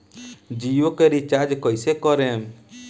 जियो के रीचार्ज कैसे करेम?